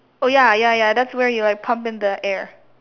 oh ya ya ya that's where you like pump in the air